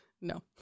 No